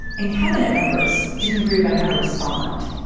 and cabinet members didn't agree about how to respond.